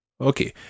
Okay